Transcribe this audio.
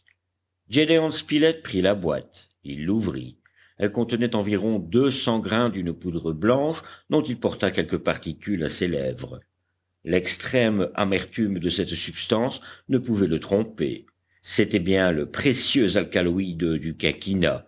spilett prit la boîte il l'ouvrit elle contenait environ deux cents grains d'une poudre blanche dont il porta quelques particules à ses lèvres l'extrême amertume de cette substance ne pouvait le tromper c'était bien le précieux alcaloïde du